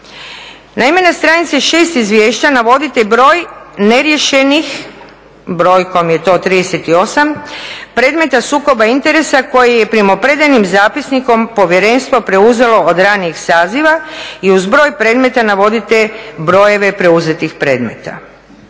Naime, na stranici 6 izvješća navodite broj neriješenih, brojkom je to 38 predmeta sukoba interesa koji je primopredajnim zapisnikom povjerenstvo preuzelo od ranijeg saziva i uz broj predmeta navodite brojeve preuzetih predmeta.